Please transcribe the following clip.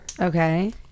Okay